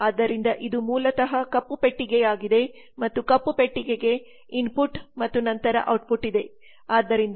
ಆದ್ದರಿಂದ ಇದು ಮೂಲತಃ ಕಪ್ಪು ಪೆಟ್ಟಿಗೆಯಾಗಿದೆ ಮತ್ತು ಕಪ್ಪು ಪೆಟ್ಟಿಗೆಗೆ ಇನ್ಪುಟ್ ಮತ್ತು ನಂತರ ಔಟ್ಟ್ಪುಟ್ ಇದೆ